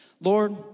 Lord